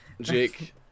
Jake